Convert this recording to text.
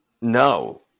No